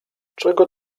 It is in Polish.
czego